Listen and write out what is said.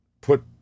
put